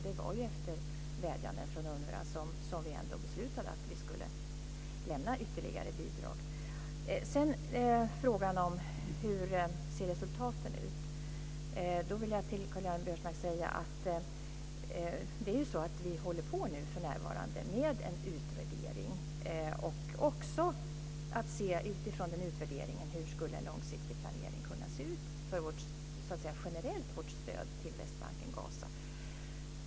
Det var efter vädjanden från UNRWA som vi beslutade att vi skulle lämna ytterligare bidrag. Sedan har vi frågan om hur resultaten ser ut. Vi håller på med en utvärdering för närvarande för att utifrån den se hur en långsiktig planering för vårt stöd till Västbanken och Gaza skulle kunna se ut generellt.